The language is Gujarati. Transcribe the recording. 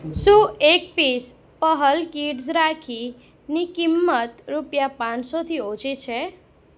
શું એક પીસ પહલ કિડ્સ રાખીની કિંમત રૂપિયા પાંચસોથી ઓછી છે